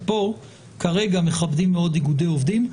כאן, כרגע, מכבדים מאוד איגודי עובדים.